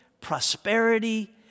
prosperity